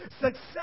Success